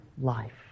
life